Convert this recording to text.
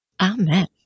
Amen